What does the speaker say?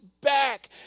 back